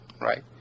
right